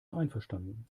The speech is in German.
einverstanden